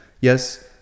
Yes